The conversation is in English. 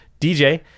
DJ